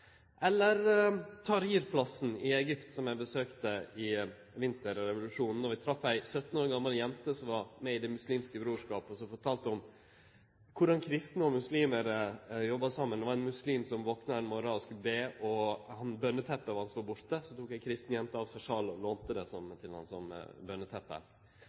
Eller eg tenkjer på Tahir-plassen i Egypt, som eg besøkte under Vinterrevolusjonen. Der trefte vi ei 17 år gammal jente som var med i Det muslimske brorskapet, og som fortalde om korleis kristne og muslimar jobba saman. Det var ein muslim som vakna ein morgon og skulle be, men bøneteppet hans var borte. Då tok den kristne jenta sjalet sitt og lånte han det som